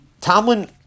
Tomlin